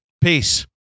Peace